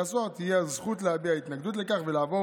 הסוהר תהיה הזכות להביע התנגדות לכך ולעבור